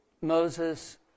Moses